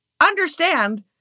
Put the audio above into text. understand